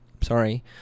Sorry